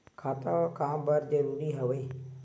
खाता का बर जरूरी हवे?